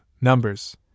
numbers